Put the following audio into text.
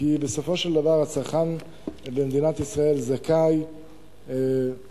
כי בסופו של דבר הצרכן במדינת ישראל זכאי להטבה